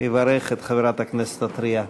יברך את חברת הכנסת הטרייה.